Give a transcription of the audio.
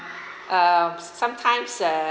uh sometimes uh